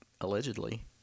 allegedly